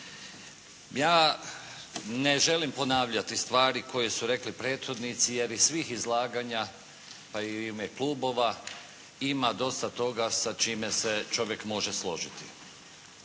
Ja ne želim ponavljati stvari koje su rekli predstavnici jer iz svih izlaganja pa i u ime klubova ima dosta toga sa čime se čovjek može složiti.